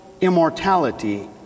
immortality